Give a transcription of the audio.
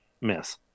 miss